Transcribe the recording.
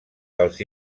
dels